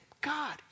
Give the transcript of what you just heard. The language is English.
God